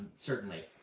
certainly.